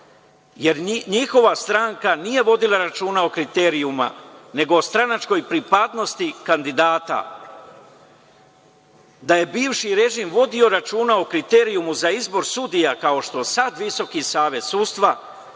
jer njihova stranka nije vodila računa o kriterijumima, nego o stranačkoj pripadnosti kandidata. Da je bivši režim vodio računa o kriterijumu za izbor sudija, kao što sada Visoki savet sudstva